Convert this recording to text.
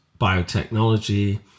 biotechnology